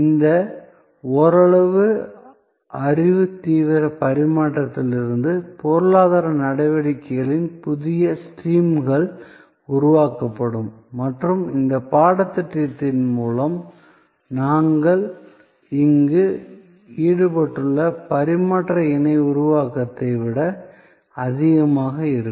இந்த ஓரளவு அறிவு தீவிர பரிமாற்றத்திலிருந்து பொருளாதார நடவடிக்கைகளின் புதிய ஸ்ட்ரீம்கள் உருவாக்கப்படும் மற்றும் இந்த பாடத்திட்டத்தின் மூலம் நாங்கள் இங்கு ஈடுபட்டுள்ள பரிமாற்ற இணை உருவாக்கத்தை விட அதிகமாக இருக்கும்